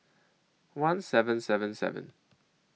one seven seven seven